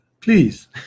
Please